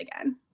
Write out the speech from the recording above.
again